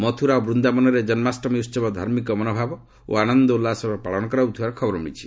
ମଥୁରା ଓ ବୁନ୍ଦାବନରେ ଜନ୍ମାଷ୍ଟମୀ ଉତ୍ସବ ଧାର୍ମିକ ମନୋଭାବ ଓ ଆନନ୍ଦ ଉଲ୍ଲୁସର ସହ ପାଳନ କରାଯାଉଥିବାର ଖବର ମିଳିଛି